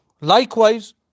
likewise